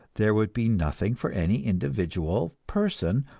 there would be nothing for any individual person,